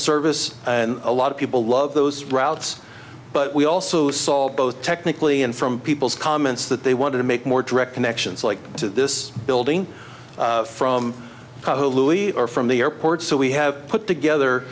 service and a lot of people love those routes but we also saw both technically and from people's comments that they wanted to make more direct connections like this building from the louis or from the airport so we have put together